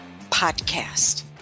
podcast